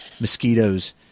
mosquitoes